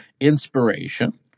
inspiration